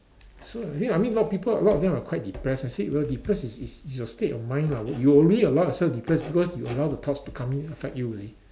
so okay I mean a lot of people a lot of them are quite depressed I said well depressed is is is your state of mind lah you will only allow yourself depressed because you allow the thoughts to come in affect you